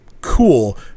cool